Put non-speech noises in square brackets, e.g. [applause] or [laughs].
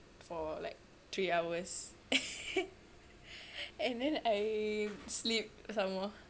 for like three hours [laughs] and then I sleep some more